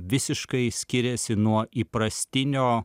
visiškai skiriasi nuo įprastinio